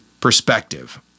perspective